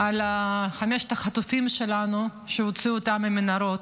על חמשת החטופים שלנו שהוציאו את גופותיהם מהמנהרות.